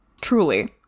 Truly